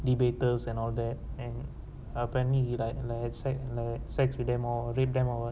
debaters and all that and apparently he like like had sex had sex with them all rape them all what